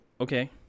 okay